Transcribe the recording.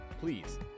please